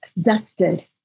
dusted